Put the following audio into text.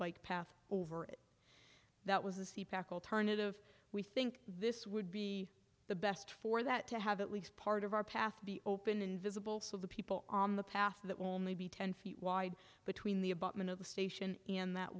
bike path over it that was a sea pack alternative we think this would be the best for that to have at least part of our path be open invisible so the people on the path that will only be ten feet wide between the abutment of the station in that